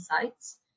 sites